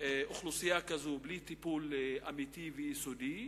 אוכלוסייה כזאת בלי טיפול אמיתי ויסודי,